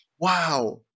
Wow